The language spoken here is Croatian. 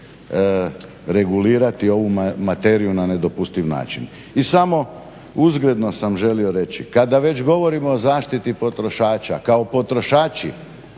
regulirati ovu materiju na nedopustiv način. I samo uzgredno sam želio reći, kada već govorimo o zaštiti potrošača, kao potrošači